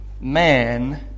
man